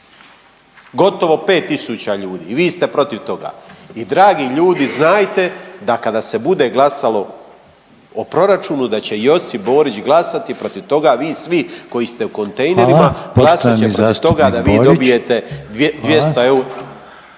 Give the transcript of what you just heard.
Gotovo 5 tisuća ljudi i vi ste protiv toga. I dragi ljudi, znajte da kada se bude glasalo o proračunu, da će Josip Borić glasati protiv toga, vi svi koji ste u kontejnerima, glasat će protiv toga .../Upadica: Hvala.